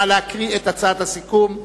נא להקריא את הצעת הסיכום.